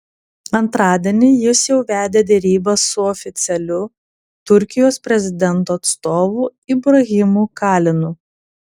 antradienį jis jau vedė derybas su oficialiu turkijos prezidento atstovu ibrahimu kalinu